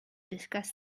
discuss